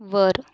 वर